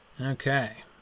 Okay